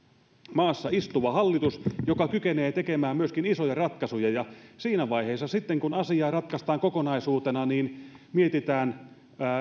maassa istuva hallitus joka kykenee tekemään myöskin isoja ratkaisuja siinä vaiheessa sitten kun asiaa ratkaistaan kokonaisuutena mietitään